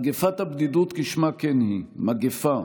מגפת הבדידות, כשמה כן היא, מגפה.